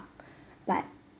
but